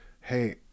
hey